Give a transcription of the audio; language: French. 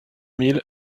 mille